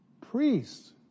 Priests